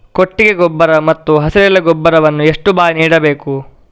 ಕೊಟ್ಟಿಗೆ ಗೊಬ್ಬರ ಮತ್ತು ಹಸಿರೆಲೆ ಗೊಬ್ಬರವನ್ನು ಎಷ್ಟು ಬಾರಿ ನೀಡಬೇಕು?